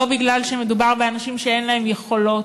לא בגלל שמדובר באנשים שאין להם יכולות.